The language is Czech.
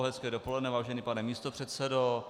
Hezké dopoledne, vážený pane místopředsedo.